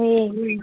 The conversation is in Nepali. ए